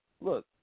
look